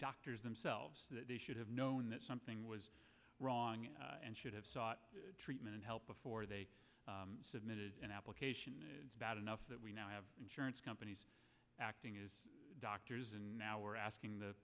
doctors themselves that they should have known that something was wrong and should have sought treatment and help before they submitted an application enough that we now have insurance companies acting is doctors and now we're asking the